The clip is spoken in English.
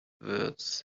words